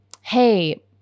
hey